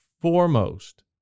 foremost